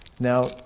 Now